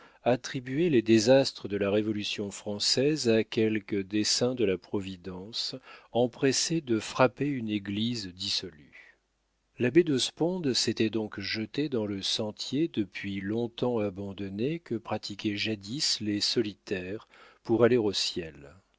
attribuait les désastres de la révolution française à quelque dessein de la providence empressée de frapper une église dissolue l'abbé de sponde s'était donc jeté dans le sentier depuis longtemps abandonné que pratiquaient jadis les solitaires pour aller au ciel